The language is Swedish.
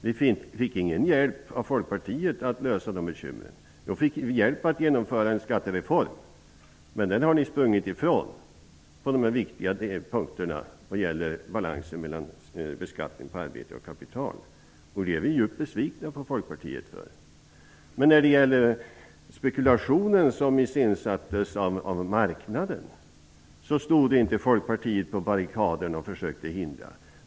Vi fick ingen hjälp av Folkpartiet att lösa de problemen. Vi fick hjälp att genomföra en skattereform, men den har ni sprungit ifrån på de viktiga punkter som gäller balansen mellan beskattning av arbete och kapital. För detta är vi djupt besvikna på Folkpartiet. När det gäller spekulationen, som iscensattes av marknaden, stod inte Folkpartiet på barrikaderna och försökte hindra den.